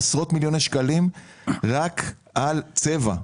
מדובר על עשרות מיליוני שקלים רק על צבע,